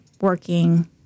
working